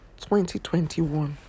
2021